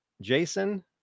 Jason